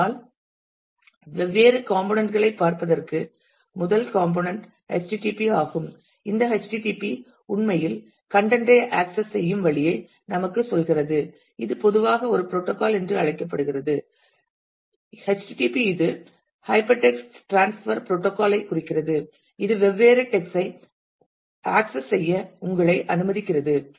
ஆனால் வெவ்வேறு காம்போணண்ட் களைப் பார்ப்பதற்கு முதல் காம்போணண்ட் http ஆகும் இந்த http உண்மையில் கன்டென்ட் ஐ ஆக்சஸ் செய்யும் வழியை நமக்குச் சொல்கிறது இது பொதுவாக ஒரு புரோட்டோகால் என்று அழைக்கப்படுகிறது http இது ஹைப்பர் டெக்ஸ்ட் டிரான்ஸ்பர் புரோட்டோகால் ஐ குறிக்கிறது இது வெவ்வேறு டெக்ஸ்ட் ஐ ஆக்சஸ் செய்ய உங்களை அனுமதிக்கிறது